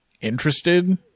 interested